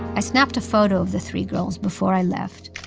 i snapped a photo of the three girls before i left.